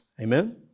Amen